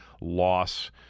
loss